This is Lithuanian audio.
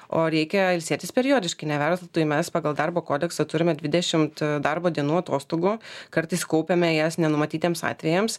o reikia ilsėtis periodiškai neveltui mes pagal darbo kodeksą turime dvidešimt darbo dienų atostogų kartais kaupiame jas nenumatytiems atvejams